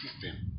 system